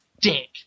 dick